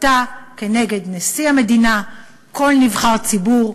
הסתה כנגד נשיא המדינה, כל נבחר ציבור.